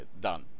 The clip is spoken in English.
done